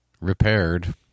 repaired